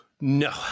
No